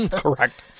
Correct